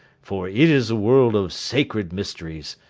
for it is a world of sacred mysteries,